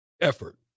effort